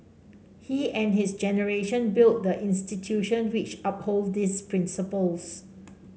he and his generation built the institution which uphold these principles